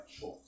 choice